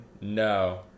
No